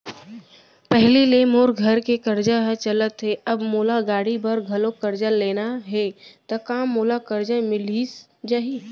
पहिली ले मोर घर के करजा ह चलत हे, अब मोला गाड़ी बर घलव करजा लेना हे ता का मोला करजा मिलिस जाही?